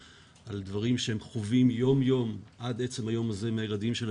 על דברים שהם חווים יום יום עד עצם היום הזה מהילדים שלהם